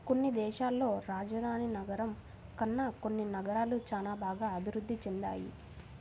కొన్ని దేశాల్లో రాజధాని నగరం కన్నా కొన్ని నగరాలు చానా బాగా అభిరుద్ధి చెందాయి